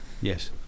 Yes